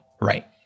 Right